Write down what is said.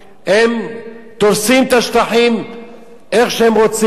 הם תופסים את השטחים איך שהם רוצים,